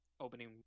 opening